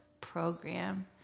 program